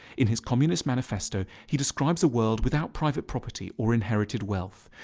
in his communist manifesto he describes a world without private property or inherited wealth,